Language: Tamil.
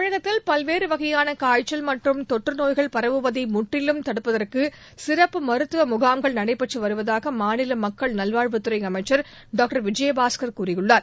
தமிழகத்தில் பல்வேறு வகையான காய்ச்சல் மற்றும் தொற்றுநோய்கள் பரவுவதை முற்றிலும் தடுப்பதற்கு சிறப்பு மருத்துவ முகாம்கள் நடைபெற்று வருவதாக மாநில மக்கள் நல்வாழ்வுத் துறை அமைச்சர் டாக்டர் விஜயபாஸ்கர் கூறியுள்ளார்